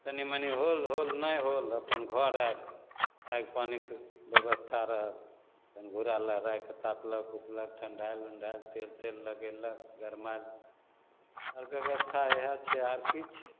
तनि मनि होल होल नहि होल अपन घर आएल आगि पानिके बेबस्था रहल जहन घुरा लहरैके तापलक उपलक ठण्डाएल उनढ़ाएल तेल तेल लगेलक गरमाएल आओर बेबस्था इएह छै आओर कि छै